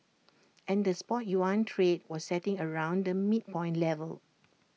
and the spot yuan trade was settling around the midpoint level